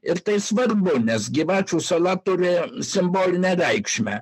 ir tai svarbu nes gyvačių sala turėjo simbolinę reikšmę